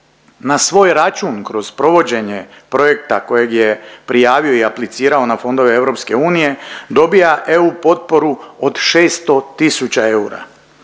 na svoj račun kroz provođenje projekta kojeg je prijavio i aplicirao na fondove EU dobija EU potporu od 600 tisuća eura.